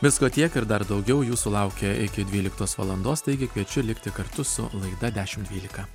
visko tiek ir dar daugiau jūsų laukia iki dvyliktos valandos taigi kviečiu likti kartu su laida dešimt dvylika